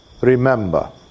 remember